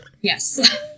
Yes